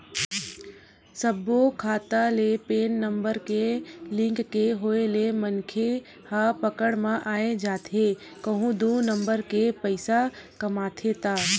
सब्बो खाता ले पेन नंबर के लिंक के होय ले मनखे ह पकड़ म आई जाथे कहूं दू नंबर के पइसा कमाथे ता